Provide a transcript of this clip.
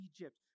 Egypt